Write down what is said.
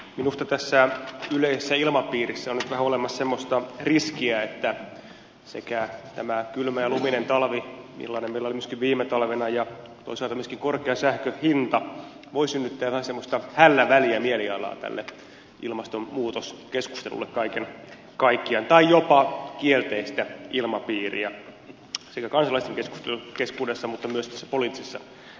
minusta tässä yleisessä ilmapiirissä on nyt vähän olemassa semmoista riskiä että tämä kylmä ja luminen talvi millainen meillä oli myöskin viime talvena ja toisaalta myöskin korkea sähkön hinta voisivat nyt tehdä jotain semmoista hällä väliä mielialaa tälle ilmastonmuutoskeskustelulle kaiken kaikkiaan tai jopa kielteistä ilmapiiriä sekä kansalaisten keskuudessa että myös tässä poliittisessa keskustelussa